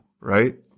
right